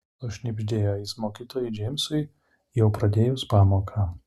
sušnibždėjo jis mokytojui džeimsui jau pradėjus pamoką